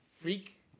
freak